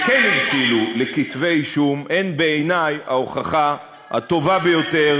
שכן הבשילו לכתבי-אישום הן בעיני ההוכחה הטובה ביותר